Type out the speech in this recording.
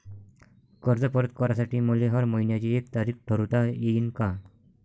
कर्ज परत करासाठी मले हर मइन्याची एक तारीख ठरुता येईन का?